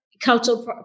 cultural